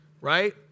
right